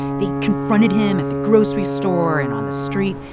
they confronted him at the grocery store and on the street,